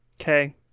okay